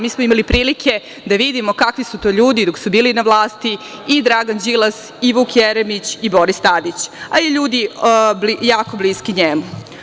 Mi smo imali prilike da vidimo kakvi su to ljudi dok su bili na vlasti i Dragan Đilas, i Vuk Jeremić, i Boris Tadić, a i ljudi jako bliski njemu.